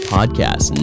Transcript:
Podcast